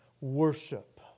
worship